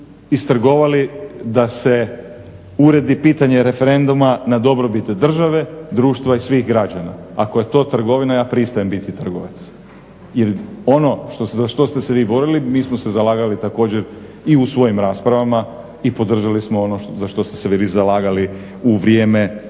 istrgovali da se uredi pitanje referenduma na dobrobit države, društva i svih građana. Ako je to trgovina, ja pristajem biti trgovac, jer ono za što ste se vi borili, mi smo se zalagali također i u svojim raspravama i podržali smo ono za što ste se vi zalagali u vrijeme